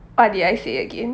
what did I say again